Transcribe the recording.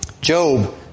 Job